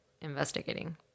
investigating